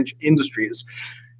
industries